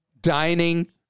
dining